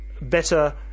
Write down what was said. better